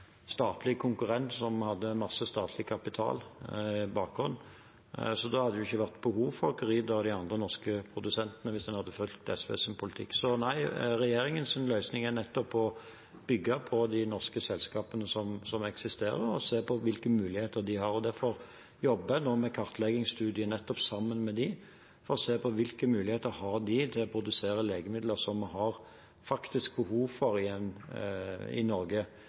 statlig konkurrent som hadde en masse statlig kapital i bakhånd, så det hadde jo ikke vært behov for Curida og de andre norske produsentene hvis en hadde fulgt SVs politikk. Nei, regjeringens løsning er nettopp å bygge på de norske selskapene som eksisterer, og se på hvilke muligheter de har. Derfor jobber jeg nå med kartleggingsstudier nettopp sammen med dem og ser på hvilke muligheter de har til å produsere legemidler som vi har faktisk behov for i Norge.